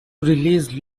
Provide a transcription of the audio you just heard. release